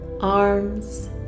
arms